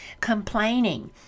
complaining